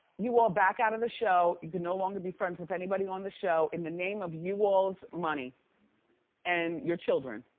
you all back out of the show. you can no longer be friends with anybody on the show. in the name of you all's money and your children,